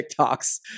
TikToks